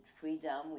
freedom